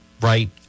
right